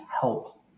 help